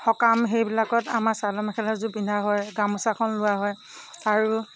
সকাম সেইবিলাকত আমাৰ চাদৰ মেখেলাযোৰ পিন্ধা হয় গামোচাখন লোৱা হয় আৰু